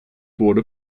wurde